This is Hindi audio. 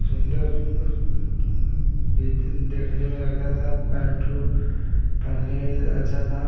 सुन्दर भी देखने में लगता था पैन्ट वह पहनने में अच्छा था